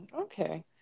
Okay